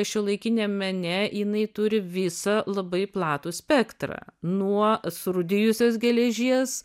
šiuolaikiniam mene jinai turi visą labai platų spektrą nuo surūdijusios geležies